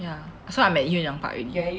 ya so I'm at 月娘 part already